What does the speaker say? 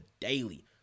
daily